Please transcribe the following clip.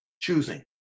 Choosing